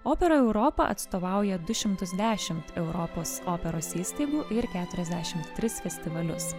opera europa atstovauja du šimtus dešimt europos operos įstaigų ir keturiasdešimt tris festivalius